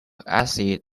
acid